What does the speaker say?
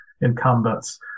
incumbents